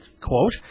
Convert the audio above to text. quote